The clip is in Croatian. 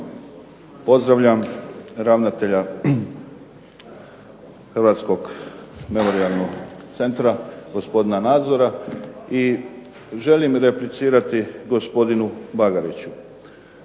Pozdravljam ravnatelja Hrvatskog-memorijalnog centra gospodina Nazora i želim reciplirati gospodinu Bagariću.